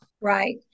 Right